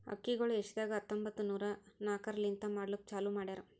ಅಕ್ಕಿಗೊಳ್ ಏಷ್ಯಾದಾಗ್ ಹತ್ತೊಂಬತ್ತು ನೂರಾ ನಾಕರ್ಲಿಂತ್ ಮಾಡ್ಲುಕ್ ಚಾಲೂ ಮಾಡ್ಯಾರ್